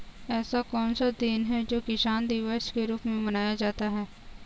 ऐसा कौन सा दिन है जो किसान दिवस के रूप में मनाया जाता है?